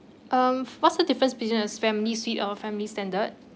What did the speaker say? um what's the difference between a family suite or family standard